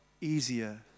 easier